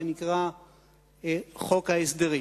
שנקרא חוק ההסדרים.